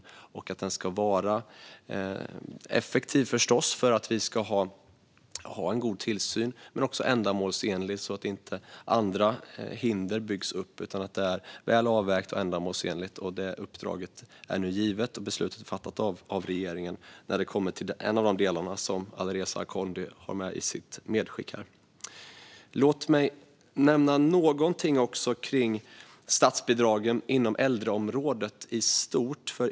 Det handlar förstås om att den ska vara effektiv och om att vi ska ha en god tillsyn men också om att den ska vara ändamålsenlig så att andra hinder inte byggs upp. Det ska vara väl avvägt och ändamålsenligt. Detta uppdrag har nu givits. Beslutet har alltså fattats av regeringen när det kommer till en av de delar Alireza Akhondi har med i sina medskick. Låt mig också nämna någonting om statsbidragen inom äldreområdet i stort.